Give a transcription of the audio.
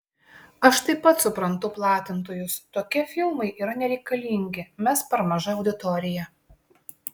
aš taip pat suprantu platintojus tokie filmai yra nereikalingi mes per maža auditorija